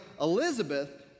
Elizabeth